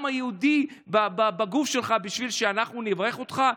היהודי בגוף שלך בשביל שאנחנו נברך אותך.